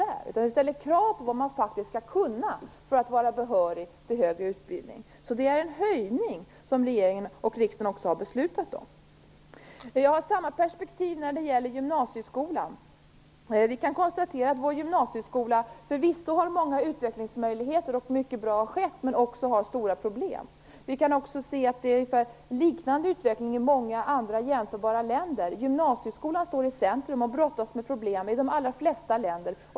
Vi ställer krav på vad man faktiskt skall kunna för att vara behörig till högre utbildning. Det är alltså en höjning, som regeringen och riksdagen också har beslutat om. Jag har samma perspektiv när det gäller gymnasieskolan. Man kan konstatera att vår gymnasieskola förvisso har många utvecklingsmöjligheter och att mycket som är bra har skett, men den har också stora problem. Man kan också se en liknande utveckling i många andra jämförbara länder. Gymnasieskolan står i centrum och brottas med problem i de allra flesta länder.